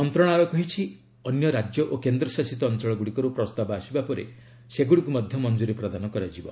ମନ୍ତ୍ରଶାଳୟ କହିଛି ଅନ୍ୟ ରାଜ୍ୟ ଓ କେନ୍ଦ୍ରଶାସିତ ଅଞ୍ଚଳଗୁଡ଼ିକରୁ ପ୍ରସ୍ତାବ ଆସିବା ପରେ ସେଗୁଡ଼ିକୁ ମଧ୍ୟ ମଫ୍ଜୁରୀ ପ୍ରଦାନ କରାଯିବ